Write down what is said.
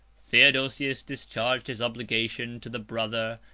theodosius discharged his obligation to the brother,